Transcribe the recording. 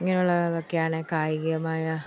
ഇങ്ങനെയുള്ള ഇതൊക്കെയാണ് കായികമായ